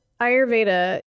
Ayurveda